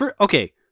Okay